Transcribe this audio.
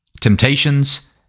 temptations